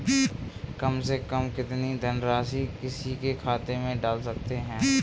कम से कम कितनी धनराशि किसी के खाते में डाल सकते हैं?